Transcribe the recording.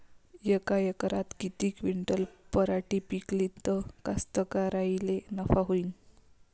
यका एकरात किती क्विंटल पराटी पिकली त कास्तकाराइले नफा होईन?